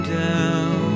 down